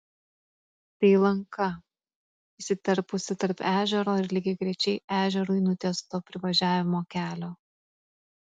tai lanka įsiterpusi tarp ežero ir lygiagrečiai ežerui nutiesto privažiavimo kelio